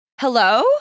hello